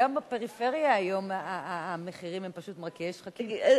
גם בפריפריה היום המחירים הם פשוט מרקיעי שחקים,